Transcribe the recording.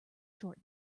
short